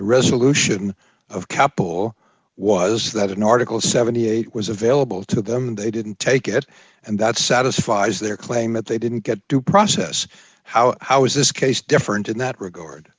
resolution of capital was that an article seventy eight was available to them they didn't take it and that satisfies their claim that they didn't get due process how how is this case different in that regard